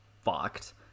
fucked